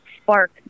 spark